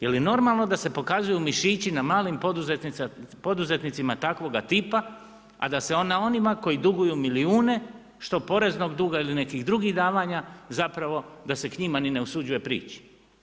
Je li normalno da se pokazuju mišići na malim poduzetnicima takvoga tipa, a da se na onima koji duguju milijune, što poreznog duga ili nekih drugih davanja, zapravo da se k njima ni ne osuđuje priči?